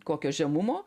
kokio žemumo